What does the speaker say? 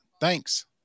thanks